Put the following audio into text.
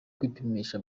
kwipimisha